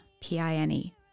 P-I-N-E